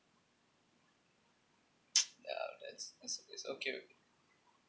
ya that's that's that's okay